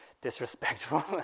disrespectful